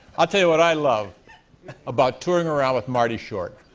i'll tell you what i love about touring around with marty short.